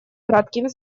кратким